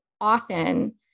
Often